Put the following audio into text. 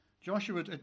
Joshua